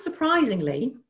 unsurprisingly